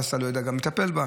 ואז אתה גם לא יודע לטפל בה.